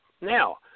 now